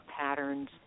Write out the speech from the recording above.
Patterns